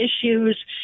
issues